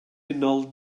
unol